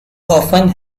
often